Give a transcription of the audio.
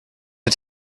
the